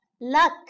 Luck